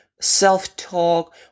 self-talk